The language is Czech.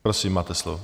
Prosím, máte slovo.